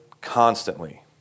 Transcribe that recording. constantly